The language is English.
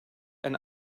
and